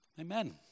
amen